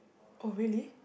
oh really